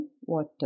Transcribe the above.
water